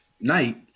night